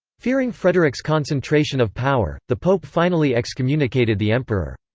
fearing frederick's concentration of power, the pope finally excommunicated the emperor.